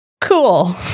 Cool